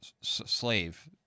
slave